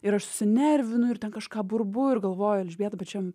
ir aš susinervinu ir ten kažką burbu ir galvoju elžbieta bet čia